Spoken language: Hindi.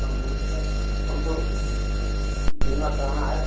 हाँ बोलिए सर हमको बीमा कराना है